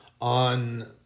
on